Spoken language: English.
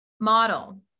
model